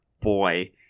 boy